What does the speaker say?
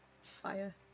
fire